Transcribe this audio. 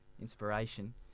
inspiration